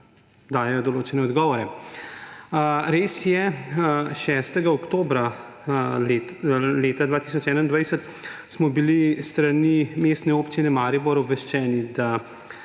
dajejo določene odgovore. Res je, 6. oktobra leta 2021 smo bili s strani Mestne občine Maribor obveščeni, da